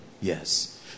Yes